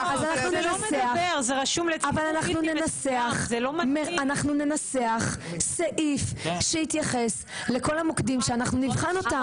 אז אנחנו ננסח סעיף שיתייחס לכל המוקדים שאנחנו נבחן אותם.